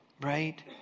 right